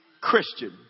Christian